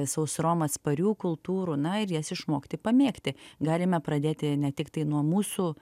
sausrom atsparių kultūrų na ir jas išmokti pamėgti galime pradėti ne tiktai nuo mūsų